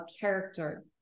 character